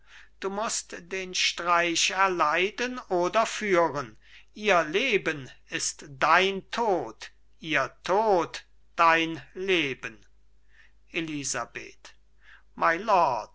du mußt den streich erleiden oder führen ihr leben ist dein tod ihr tod dein leben elisabeth